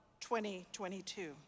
2022